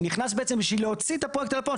שנכנס בעצם בשביל להוציא את הפרויקט אל הפועל,